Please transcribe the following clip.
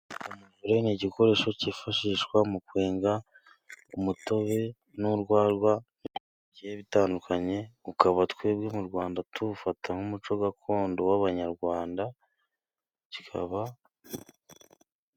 Umuvure ni igikoresho cyifashishwa mu kwenga umutobe n'urwagwa n'ibindi bigiye bitandukanye, ukaba twebwe mu Rwanda tuwufata nk'umuco gakondo w'abanyarwanda kikaba.